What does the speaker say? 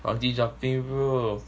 bungee jumping bro